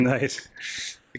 Nice